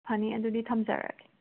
ꯐꯅꯤ ꯑꯗꯨꯗꯤ ꯊꯝꯖꯔꯒꯦ